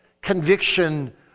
conviction